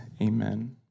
Amen